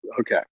Okay